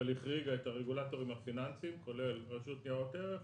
אבל החריגה את הרגולטורים הפיננסיים כולל רשות ניירות ערך,